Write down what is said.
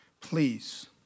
please